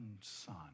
son